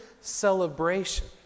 celebration